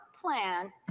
plan